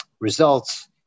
results